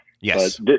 Yes